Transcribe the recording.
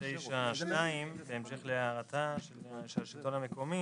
משרד המשפטים רוצה להתייחס.